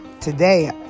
Today